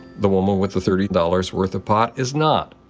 the woman with the thirty dollars worth of pot is not.